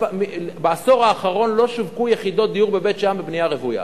בעשור האחרון לא שווקו יחידות דיור בבית-שאן בבנייה רוויה.